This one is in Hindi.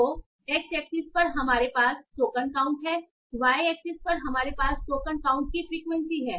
तो x एक्सिस पर हमारे पास टोकन काउंट है y एक्सिस पर हमारे पास टोकन काउंट की फ्रीक्वेंसी है